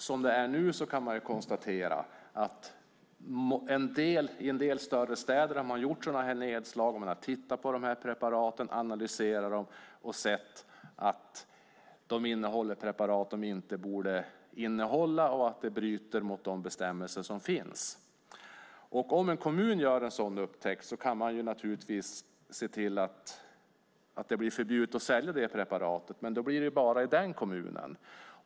Som det är nu kan man konstatera att i en del större städer har man gjort nedslag, tittat på preparaten, analyserat dem och sett att de innehåller ämnen de inte borde innehålla och att det bryter mot de bestämmelser som finns. Om en kommun gör en sådan upptäckt kan den se till att det blir förbjudet att sälja det preparatet, men då blir det bara i den kommunen.